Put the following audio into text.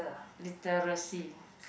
literacy